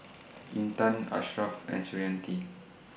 Intan Ashraf and Suriati